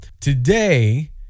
today